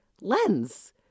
lens